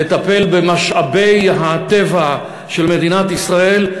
לטפל במשאבי הטבע של מדינת ישראל.